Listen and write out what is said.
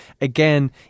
again